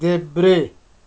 देब्रे